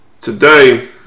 Today